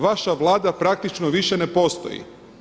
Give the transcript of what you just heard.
Vaša Vlada praktično više ne postoji.